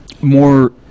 more